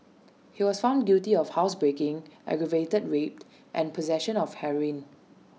he was found guilty of housebreaking aggravated raped and possession of heroin